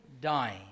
dying